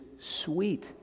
sweet